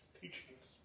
teachings